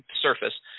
surface